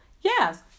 Yes